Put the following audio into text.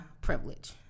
privilege